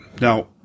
now